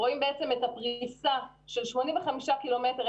רואים את הפריסה של 85 קילומטרים.